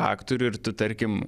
aktorių ir tu tarkim